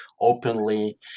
openly